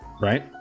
Right